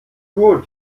gut